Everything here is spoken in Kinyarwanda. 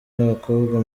n’abakobwa